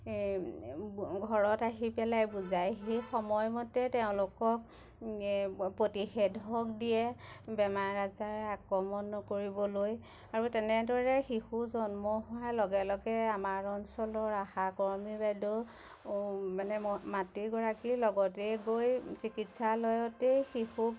এ ঘৰত আহি পেলাই বুজায় সেই সময়মতে তেওঁলোকক এ প্ৰতিষেধক দিয়ে বেমাৰ আজাৰে আক্ৰমণ নকৰিবলৈ আৰু তেনেদৰে শিশু জন্ম হোৱাৰ লগে লগে আমাৰ অঞ্চলৰ আশাকৰ্মী বাইদেউ মানে মাতৃগৰাকীৰ লগতে গৈ চিকিৎসালয়তেই শিশুক